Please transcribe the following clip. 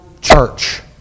church